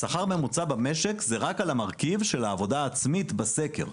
שכר ממוצע במשק זה רק על המרכיב של העבודה העצמית בסקר.